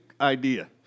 idea